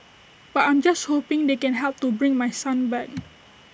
but I'm just hoping they can help to bring my son back